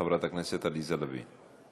חברת הכנסת עליזה לביא.